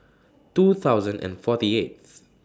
two thousand and forty eighth